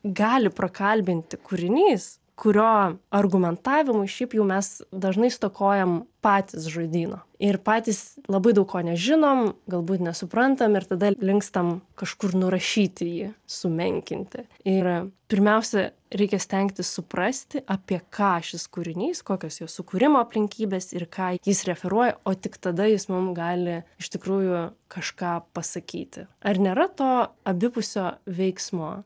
gali prakalbinti kūrinys kurio argumentavimui šiaip jau mes dažnai stokojam patys žodyno ir patys labai daug ko nežinom galbūt nesuprantam ir tada linkstam kažkur nurašyti jį sumenkinti yra pirmiausia reikia stengtis suprasti apie ką šis kūrinys kokios jo sukūrimo aplinkybės ir ką jis referuoja o tik tada jis mum gali iš tikrųjų kažką pasakyti ar nėra to abipusio veiksmo